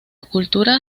cultura